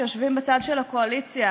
שיושבים בצד של הקואליציה,